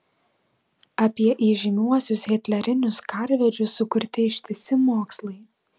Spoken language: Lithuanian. apie įžymiuosius hitlerinius karvedžius sukurti ištisi mokslai